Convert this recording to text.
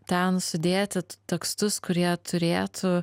ten sudėti tekstus kurie turėtų